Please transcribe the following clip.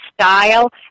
style